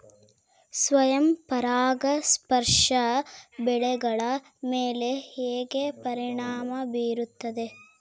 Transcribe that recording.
ಸ್ವಯಂ ಪರಾಗಸ್ಪರ್ಶ ಬೆಳೆಗಳ ಮೇಲೆ ಹೇಗೆ ಪರಿಣಾಮ ಬೇರುತ್ತದೆ?